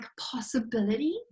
possibility